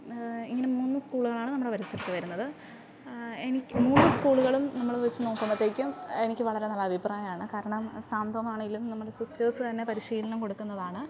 ഇങ്ങനെ മൂന്ന് സ്കൂളുകളാണ് നമ്മുടെ പരിസരത്ത് വരുന്നത് എനിക്ക് മൂന്ന് സ്കൂളുകളൂം നമ്മൾ വെച്ച് നോക്കുമ്പോഴത്തേക്കും എനിക്ക് വളരെ നല്ല അഭിപ്രായമാണ് കാരണം സാന്ത്വമാണെങ്കിലും നമ്മുടെ സിസ്റ്റേഴ്സ് തന്നെ പരിശീലനം കൊടുക്കുന്നതാണ്